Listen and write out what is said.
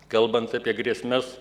kalbant apie grėsmes